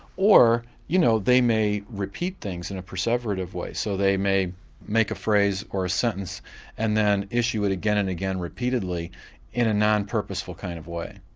or you know, they may repeat things in a perseverative way. so they may make a phrase or a sentence and then issue it again and again repeatedly in a non-purposeful kind of way.